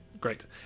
Great